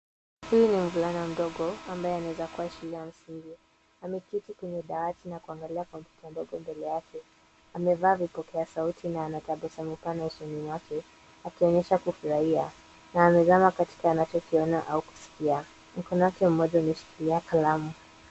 Huyu ni mvulana mdogo ambaye anaweza kuwa shida ya suria. Ameketi kwenye dawati na kuangalia kompyuta ndogo mbele yake. Amevaa vipokea sauti na ana tabasamu pana usoni mwake akionyesha kufurahia na amezama katika anachokiona au kuskia. Mkono wake mmoja umeshikilia kalamu.